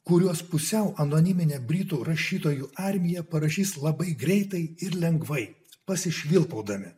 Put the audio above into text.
kuriuos pusiau anoniminė britų rašytojų armija parašys labai greitai ir lengvai pasišvilpaudami